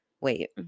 wait